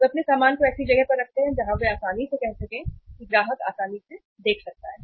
वे अपने सामान को ऐसी जगह पर रखते हैं जहाँ वे आसानी से कह सकें कि ग्राहक आसानी से देख सकता है